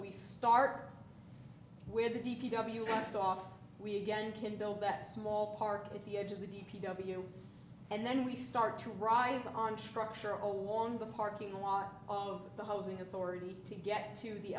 we start with the d p w left off we again can build that small park at the edge of the d p w and then we start to ride on structure ole on the parking lot of the housing authority to get to the